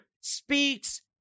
speaks